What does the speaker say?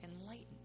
enlightened